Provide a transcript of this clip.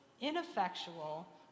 ineffectual